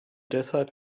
deshalb